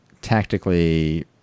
tactically